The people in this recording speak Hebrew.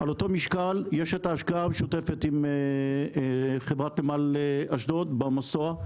על אותו משקל יש ההשקעה המשותפת עם חברת נמל אשדוד במסוע,